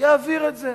יעביר את זה,